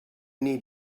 need